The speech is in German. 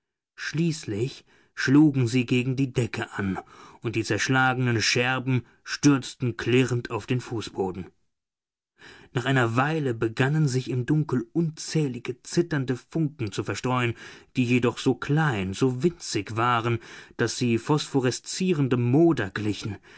schließlich schlugen sie gegen die decke an und die zerschlagenen scherben stürzten klirrend auf den fußboden nach einer weile begannen sich im dunkel unzählige zitternde funken zu verstreuen die jedoch so klein so winzig waren daß sie phosphoreszierendem moder glichen